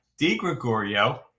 DiGregorio